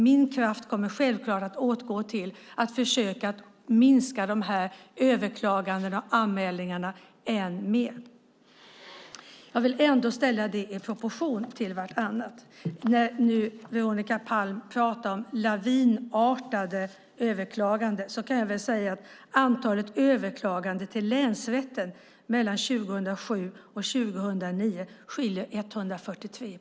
Min kraft kommer självklart att åtgå till att försöka minska överklagandena och anmälningarna än mer, men jag vill ändå ställa dem i proportion till det totala antalet ärenden. När Veronica Palm talar om den "lavinartade" ökningen av överklaganden kan jag säga att i antalet överklaganden till länsrätten mellan 2007 och 2009 är skillnaden 143.